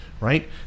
right